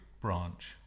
branch